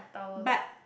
but